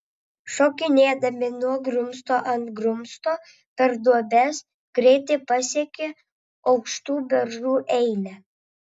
šokinėdami nuo grumsto ant grumsto per duobes greitai pasiekė aukštų beržų eilę